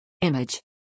Image